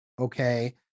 okay